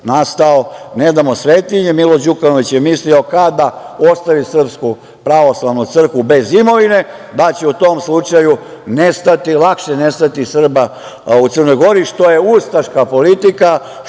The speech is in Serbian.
nastao - Ne damo svetinje. Milo Đukanović je mislio kada ostavi Srpsku pravoslavnu crkvu bez imovine, da će u tom slučaju lakše nestati Srbi u Crnoj Gori, što je ustaška politika,